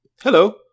Hello